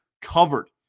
covered